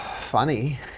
funny